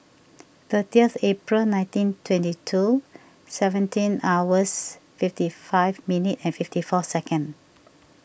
thirtyth April nineteen twenty two seventeen hours fifty five minute and fifty four second